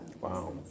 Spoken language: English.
Wow